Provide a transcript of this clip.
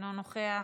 אינו נוכח.